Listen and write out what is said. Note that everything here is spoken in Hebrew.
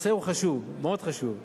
הנושא הוא מאוד חשוב,